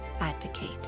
Advocate